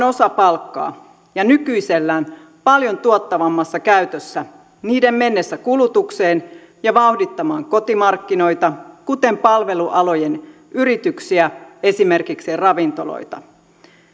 osa palkkaa ja nykyisellään paljon tuottavammassa käytössä mennessään kulutukseen ja vauhdittamaan kotimarkkinoita kuten palvelualojen yrityksiä esimerkiksi ravintoloita